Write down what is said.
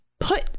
put